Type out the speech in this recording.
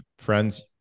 friends